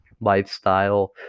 lifestyle